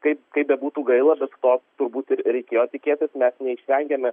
kaip kaip bebūtų gaila bet to turbūt ir reikėjo tikėtis mes neįstengėme